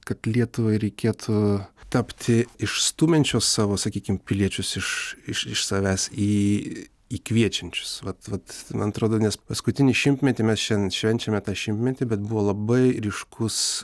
kad lietuvai reikėtų tapti iš stumiančios savo sakykim piliečius iš iš iš savęs į į kviečiančius vat vat man atrodo nes paskutinį šimtmetį mes šiandien švenčiame tą šimtmetį bet buvo labai ryškus